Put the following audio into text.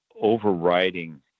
overriding